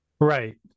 Right